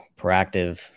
Proactive